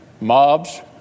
mobs